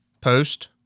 post